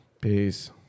peace